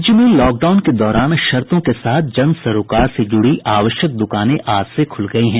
राज्य में लॉकडाउन के दौरान शर्तों के साथ जन सरोकार से जुड़ी आवश्यक द्रकानें आज से खुल गयी हैं